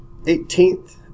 18th